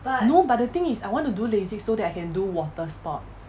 no but the thing is I want to do LASIK so that I can do water sports